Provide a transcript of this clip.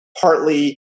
partly